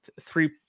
three